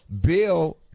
Bill